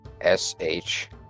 S-H